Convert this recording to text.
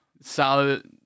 solid